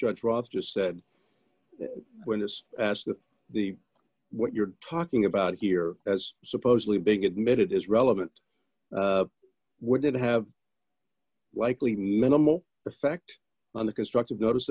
judge roth just said when is the what you're talking about here as supposedly big admitted is relevant would it have likely minimal effect on the constructive notice